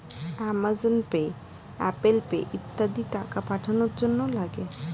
Amazon Pay, Apple Pay ইত্যাদি টাকা পাঠানোর জন্যে লাগে